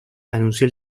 anunció